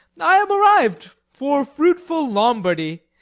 i am arriv'd for fruitful lombardy,